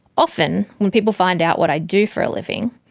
often, when people find out what i do for a living,